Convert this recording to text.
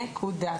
נקודה.